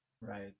right